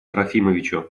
трофимовичу